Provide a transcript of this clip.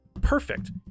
perfect